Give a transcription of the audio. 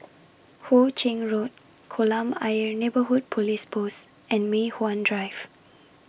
Hu Ching Road Kolam Ayer Neighbourhood Police Post and Mei Hwan Drive